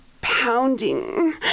pounding